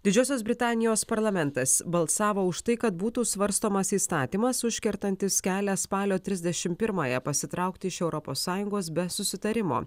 didžiosios britanijos parlamentas balsavo už tai kad būtų svarstomas įstatymas užkertantis kelią spalio trisdešimt pirmąją pasitraukti iš europos sąjungos be susitarimo